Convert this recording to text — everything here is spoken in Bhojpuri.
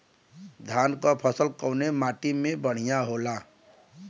धान क फसल कवने माटी में बढ़ियां होला?